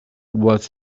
was